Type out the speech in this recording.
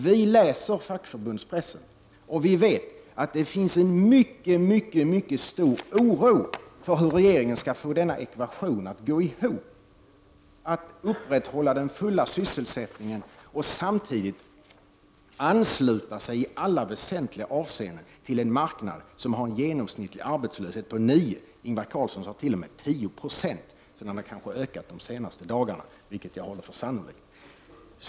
Vi läser fackförbundspressen, och vi vet att det finns en mycket mycket stor oro för hur regeringen skall få denna ekvation att gå ihop, att återupprätta den fulla sysselsättningen och samtidigt ansluta sig i alla väsentliga avseenden till en marknad som har en genomsnittlig arbetslöshet på 9 Zo. Ingvar Carlsson sade t.o.m. 10 20, så den kanske har ökat de senaste dagarna, vilket jag håller för sannolikt.